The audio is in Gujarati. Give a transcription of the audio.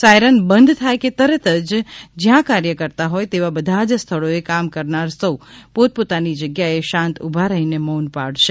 સાયરન બંધ થાય કે તુરંત જ જયાં કાર્ય કરતા હોય તેવા બધા જ સ્થળોએ કામ કરનાર સૌ પોતપોતાની જગ્યાએ શાંત ઉભા રહી મૌન પાળે